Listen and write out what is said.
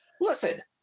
listen